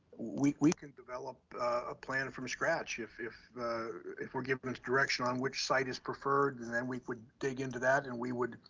we we can develop a plan from scratch, if if we're given direction on which site is preferred, then we would dig into that and we would,